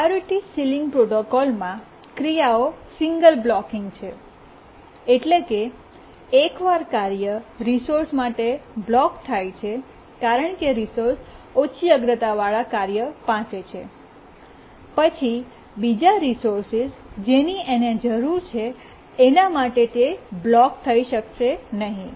priority ceiling પ્રોટોકોલમાં ક્રિયાઓ single blocking છે એટલે કે એકવાર કાર્ય રિસોર્સ માટે બ્લોક થાય છે કારણ કે રિસોર્સ ઓછી અગ્રતાવાળા કાર્ય પાસે છેપછી બીજા રિસોર્સ જેની એને જરૂર છે એના માટે તે બ્લોક થઈ શકશે નહીં